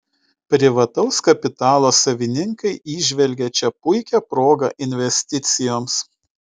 privataus kapitalo savininkai įžvelgia čia puikią progą investicijoms